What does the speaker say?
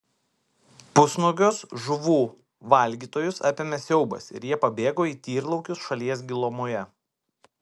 pusnuogius žuvų valgytojus apėmė siaubas ir jie pabėgo į tyrlaukius šalies gilumoje